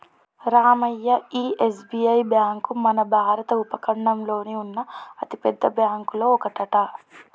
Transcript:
రామయ్య ఈ SBI bank మన భారత ఉపఖండంలోనే ఉన్న అతిపెద్ద బ్యాంకులో ఒకటట